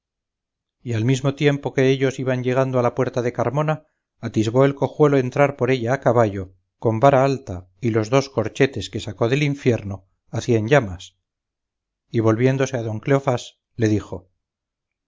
y al mismo tiempo que ellos iban llegando a la puerta de carmona atisbó el cojuelo entrar por ella a caballo con vara alta y los dos corchetes que sacó del infierno a cienllamas y volviéndose a don cleofás le dijo